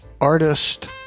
Artist